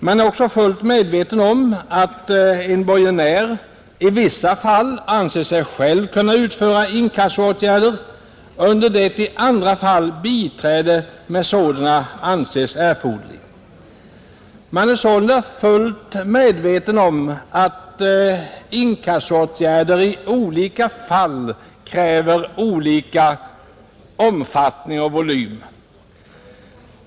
Man är ock å fullt medveten om att en borgenär i vissa fall anser sig själv kunna utföra inkassoåtgärder, under det att i andra fall biträde med sådana anses erforderligt. Man är sålunda fullt medveten om att inkassoåtgärder kräver olika omfattning och volym i olika fall.